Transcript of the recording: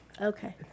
Okay